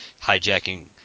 hijacking